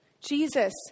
Jesus